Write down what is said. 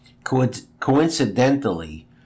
Coincidentally